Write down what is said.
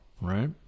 right